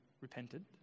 repented